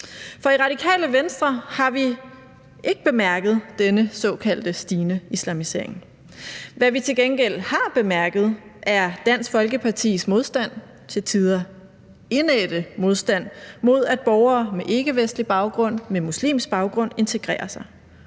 det. I Radikale Venstre har vi nemlig ikke bemærket denne såkaldte stigende islamisering. Hvad vi til gengæld har bemærket, er Dansk Folkepartis modstand, til tider indædte modstand, mod, at borgere med ikkevestlig baggrund, med muslimsk baggrund, integrerer sig.